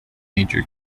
major